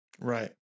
Right